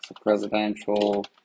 presidential